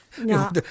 No